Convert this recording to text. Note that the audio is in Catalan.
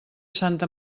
santa